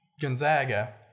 Gonzaga